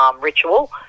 ritual